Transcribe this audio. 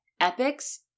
epics